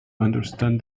understand